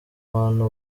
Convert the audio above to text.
bantu